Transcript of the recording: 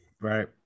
right